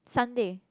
Sunday